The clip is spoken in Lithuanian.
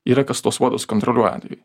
yra kas tuos uodus kontroliuoja tai